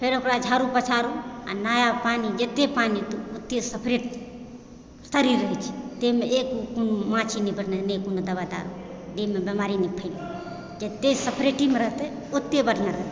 फेर ओकरा झाड़ू पोछारु आओर नया पानि जत्ते पानि ओत्ते सफरेत शरीर रहै छै ताहिमे एक माछी नहि दवा दारू देहमे बीमारी नहि फैलै छै जत्ते सफरेतीमे रहतै ओत्ते बढ़िआँ